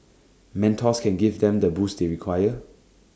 mentors can give them the boost they require